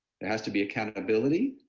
there has to be accountability.